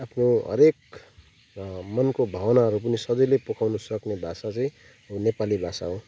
आफ्नो हरेक मनको भावनाहरू पनि सजिलै पोखाउनु सक्ने भाषा चाहिँ नेपाली भाषा हो